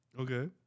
Okay